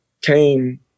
came